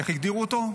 איך הגדירו אותו?